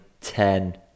ten